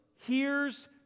hears